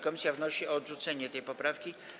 Komisja wnosi o odrzucenie tej poprawki.